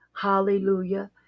hallelujah